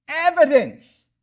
evidence